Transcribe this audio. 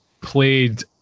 played